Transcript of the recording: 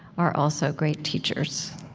are also great teachers.